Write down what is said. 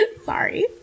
Sorry